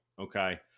Okay